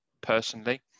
personally